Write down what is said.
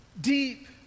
deep